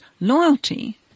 loyalty